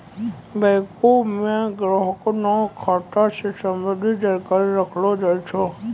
बैंको म ग्राहक ल खाता स संबंधित जानकारी रखलो जाय छै